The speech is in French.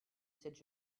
cette